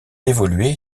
évoluer